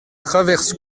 traverse